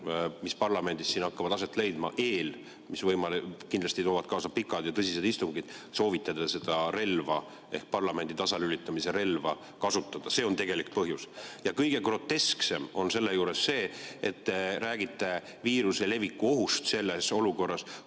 siin parlamendis hakkavad aset leidma, mis kindlasti toovad kaasa pikad ja tõsised istungid, soovite te seda relva, parlamendi tasalülitamise relva kasutada. See on tegelik põhjus. Ja kõige grotesksem on selle juures see, et te räägite viiruse leviku ohust olukorras,